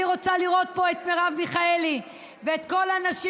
אני רוצה לראות פה את מרב מיכאלי ואת כל הנשים